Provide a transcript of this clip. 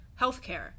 healthcare